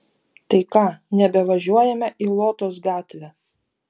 tai ką nebevažiuojame į lotos gatvę